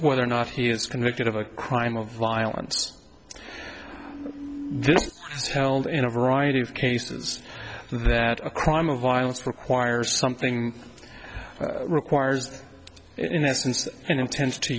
whether or not he is convicted of a crime of violence this is held in a variety of cases that a crime of violence requires something requires in essence intends to